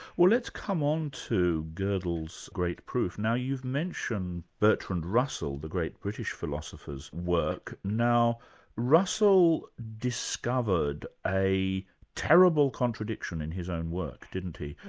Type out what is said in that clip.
well, let's come on to godel's great proof. now you've mentioned bertrand russell, the great british philosopher's work. now russell discovered a terrible contradiction in his own work, didn't he,